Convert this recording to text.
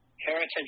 Heritage